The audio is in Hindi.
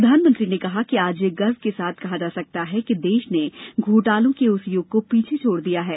प्रधानमंत्री ने कहा आज यह गर्व के साथ कहा जा सकता है कि देश ने घोटालों के उस युग को पीछे छोड़ दिया है